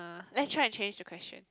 uh let's try and change the question